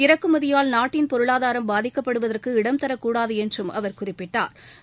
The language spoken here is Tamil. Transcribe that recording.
இறக்குமதியால் நாட்டின் பொருளாதாரம் பாதிக்கப்படுவதற்கு இடம்தரக்கூடாது என்று அவா குறிப்பிட்டா்